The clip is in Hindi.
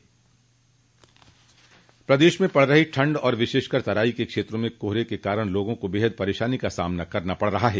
प्रदेश में पड़ रही ठंड और विशेषकर तराई क्षेत्रों में कोहरे के कारण लोगों को बेहद परेशानी का सामना करना पड़ रहा है